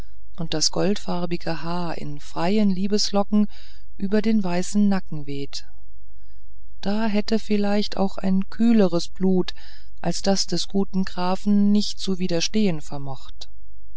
und das goldfarbige haar in freien liebeslocken über den weißen nacken weht da hätte vielleicht auch ein kühleres blut als das des guten grafen nicht zu widerstehen vermocht